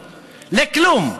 לכלום.